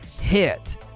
hit